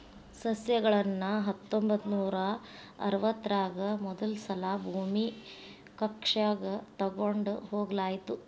ಸಸ್ಯಗಳನ್ನ ಹತ್ತೊಂಬತ್ತನೂರಾ ಅರವತ್ತರಾಗ ಮೊದಲಸಲಾ ಭೂಮಿಯ ಕಕ್ಷೆಗ ತೊಗೊಂಡ್ ಹೋಗಲಾಯಿತು